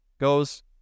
goes